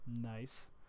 Nice